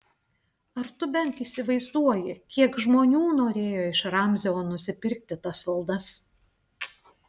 ar tu bent įsivaizduoji kiek žmonių norėjo iš ramzio nusipirkti tas valdas